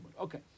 Okay